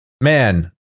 Man